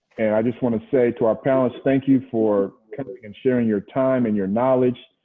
and i just want to say to our panelists, thank you for coming and sharing your time and your knowledge.